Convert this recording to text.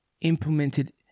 implemented